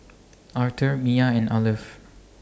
Arthor Miya and Arleth